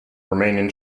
romanian